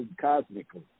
cosmically